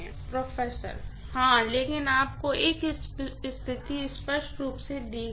professor हाँ लेकिन आपको एक स्थिति स्पष्ट रूप से दी गई है